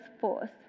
force